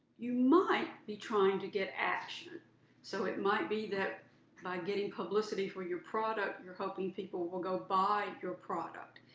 you might be trying to get action so it might be that by getting publicity for your product, you're hoping people will go buy your product,